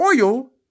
oil